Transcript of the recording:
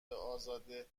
ازاده